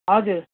हजुर